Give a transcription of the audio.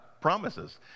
Promises